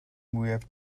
mwyaf